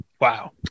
Wow